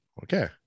Okay